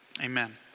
Amen